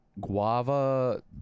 guava